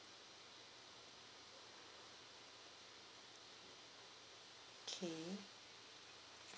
okay